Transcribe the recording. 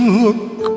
look